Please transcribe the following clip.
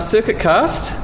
Circuitcast